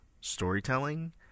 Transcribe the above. storytelling